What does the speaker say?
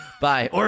Bye